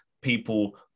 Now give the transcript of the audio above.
people